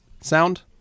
sound